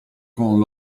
con